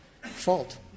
fault